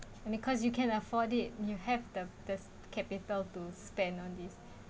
and because you can afford it you have the this capital to spend on this